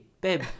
babe